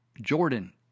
Jordan